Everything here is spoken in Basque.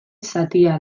zatia